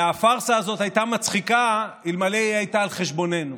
והפארסה הזאת הייתה מצחיקה אלמלא היא הייתה על חשבוננו,